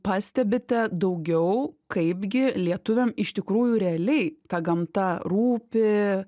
pastebite daugiau kaip gi lietuviam iš tikrųjų realiai ta gamta rūpi